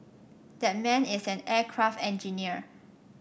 that man is an aircraft engineer